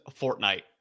Fortnite